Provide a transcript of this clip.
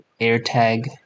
AirTag